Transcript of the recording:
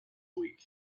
week